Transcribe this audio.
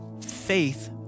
Faith